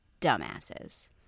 dumbasses